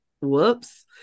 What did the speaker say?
whoops